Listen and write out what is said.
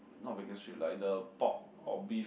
not because you like the pork or beef